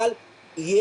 אבל יש.